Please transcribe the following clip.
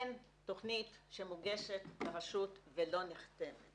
אין תוכנית שמוגשת לרשות ולא נחתמת,